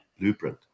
blueprint